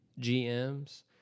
GMs